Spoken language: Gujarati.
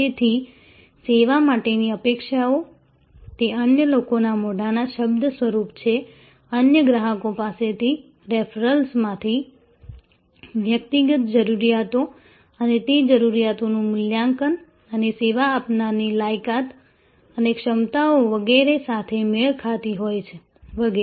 તેથી સેવા માટેની અપેક્ષાઓ તે અન્ય લોકોના મોઢાના શબ્દ સ્વરૂપ છે અન્ય ગ્રાહકો પાસેથી રેફરલ્સમાંથી વ્યક્તિગત જરૂરિયાતો અને તે જરૂરિયાતોનું મૂલ્યાંકન અને સેવા આપનારની લાયકાત અને ક્ષમતાઓ વગેરે સાથે મેળ ખાતી હોય છે વગેરે